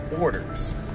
orders